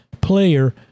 player